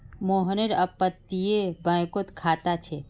मोहनेर अपततीये बैंकोत खाता छे